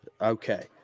Okay